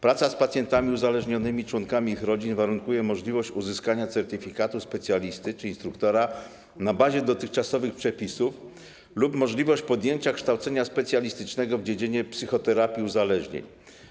Praca z pacjentami uzależnionymi, członkami ich rodzin warunkuje możliwość uzyskania certyfikatu specjalisty czy instruktora na bazie dotychczasowych przepisów lub możliwość podjęcia kształcenia specjalistycznego w dziedzinie psychoterapii uzależnień.